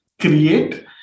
create